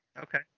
Okay